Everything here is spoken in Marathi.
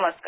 नमस्कार